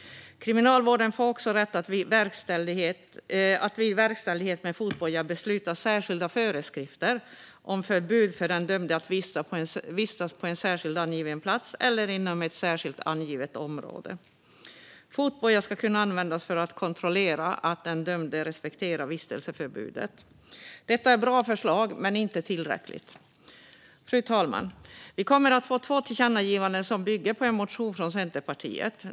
Kriminalvården får också rätt att vid verkställighet med fotboja besluta särskilda föreskrifter om förbud för den dömde att vistas på en särskilt angiven plats eller inom ett särskilt angivet område. Fotboja ska kunna användas för att kontrollera att den dömde respekterar vistelseförbudet. Detta är bra förslag, men de är inte tillräckliga. Fru talman! Vi kommer att få två tillkännagivanden som bygger på en motion från Centerpartiet.